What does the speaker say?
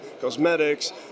cosmetics